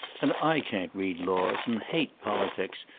and i can't read laws, and hate politics,